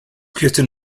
kirsten